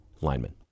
lineman